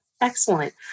excellent